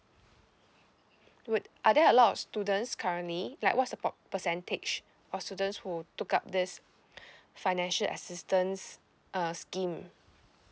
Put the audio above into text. would are there a lot of students currently like what's the pop~ percentage of students who took up this financial assistance uh scheme